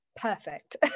perfect